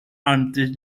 antes